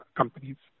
companies